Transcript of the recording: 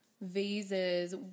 vases